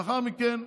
לאחר מכן,